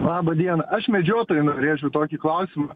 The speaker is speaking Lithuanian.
labą dieną aš medžiotojam rėžiu tokį klausimą